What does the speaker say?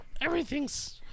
Everything's